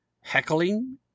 heckling